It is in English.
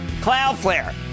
Cloudflare